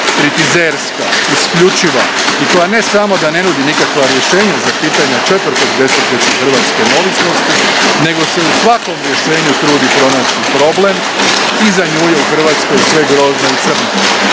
kritizerska, isključiva, i koja ne samo da ne nudi nikakva rješenja za pitanja 4. desetljeća hrvatske neovisnosti, nego se u svakom rješenju trudi pronaći problem i za nju je u Hrvatskoj sve grozno i crno,